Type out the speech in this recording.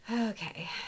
Okay